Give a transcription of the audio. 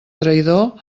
traïdor